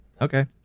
Okay